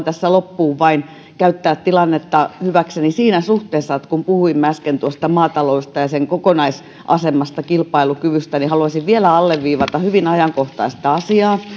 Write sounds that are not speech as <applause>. <unintelligible> tässä lopussa vain käyttää tilannetta hyväkseni siinä suhteessa kun puhuimme äsken maataloudesta ja sen kokonaisasemasta kilpailukyvystä ja vielä alleviivata hyvin ajankohtaista asiaa